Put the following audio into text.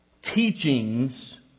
Teachings